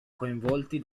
coinvolti